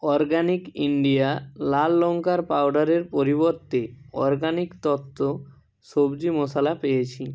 organic India লাল লঙ্কার পাউডারের পরিবর্তে অরগ্যাানিক তত্ত্ব সবজি মশলা পেয়েছি